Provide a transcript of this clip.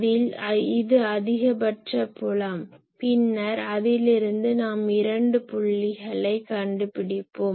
அதில் இது அதிகபட்ச புலம் பின்னர் அதிலிருந்து நாம் இரண்டு புள்ளிகளைக் கண்டுபிடிப்போம்